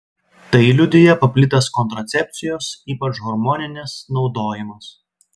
tai liudija paplitęs kontracepcijos ypač hormoninės naudojimas